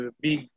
big